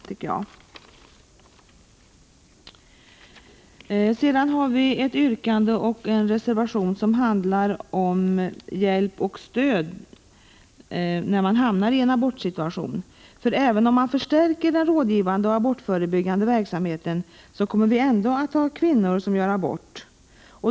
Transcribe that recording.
Vi har till betänkandet vidare fogat en reservation som handlar om stöd och hjälp i abortsituationer. Även om man förstärker den rådgivande och den abortförebyggande verksamheten kommer det att finnas kvinnor som gör abort.